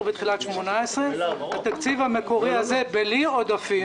בתחילת 2018. התקציב המקורי הזה בלי ההעברות,